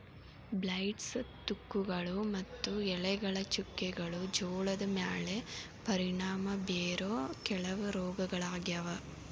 blights, ತುಕ್ಕುಗಳು ಮತ್ತು ಎಲೆಗಳ ಚುಕ್ಕೆಗಳು ಜೋಳದ ಮ್ಯಾಲೆ ಪರಿಣಾಮ ಬೇರೋ ಕೆಲವ ರೋಗಗಳಾಗ್ಯಾವ